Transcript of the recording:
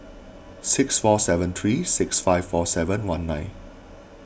six four seven three six five four seven one nine